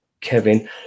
Kevin